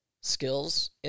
skills